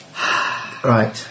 Right